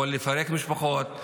יכול לפרק משפחות.